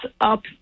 up